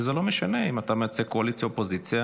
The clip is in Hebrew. וזה לא משנה אם אתה מייצג את הקואליציה או את האופוזיציה,